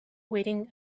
waiting